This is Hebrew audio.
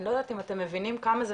אני לא יודעת אם אתם מבינים כמה זה